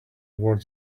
toward